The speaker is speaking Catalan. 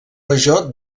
major